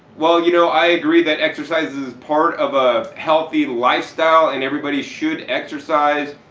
well you know, i agree that exercise is part of a healthy lifestyle and everybody should exercise,